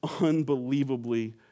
unbelievably